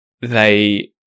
they-